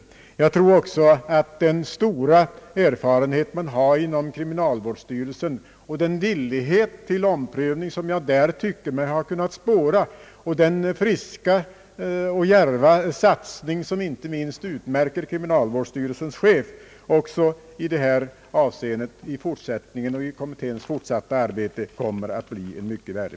Jag tror också att den stora erfarenhet man har inom kriminalvårdsstyrelsen och den villighet till omprövning som jag tycker mig ha kunnat spåra samt den friska och djärva satsning, som inte minst utmärker kriminalvårdsstyrelsens chef, kommer att bli en mycket värdefull tillgång i kommitténs fortsatta arbete.